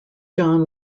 john